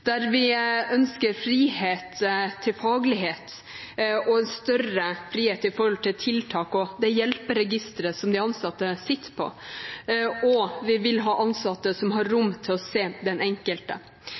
der vi ønsker frihet til faglighet og større frihet med hensyn til tiltak og det hjelperegisteret som de ansatte sitter på. Vi vil ha ansatte som har rom